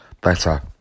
better